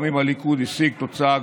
גם אם הליכוד השיג תוצאה גבוהה?